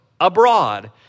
abroad